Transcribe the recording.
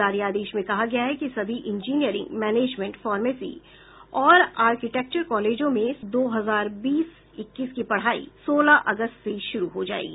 जारी आदेश में कहा गया है कि सभी इनीजियरिंग मैनेजमेंट फार्मेसी और आर्किटेक्चर कॉलेजों में सत्र दो हजार बीस इक्कीस की पढ़ाई सोलह अगस्त से शुरू हो जायेगी